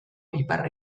ipar